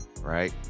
Right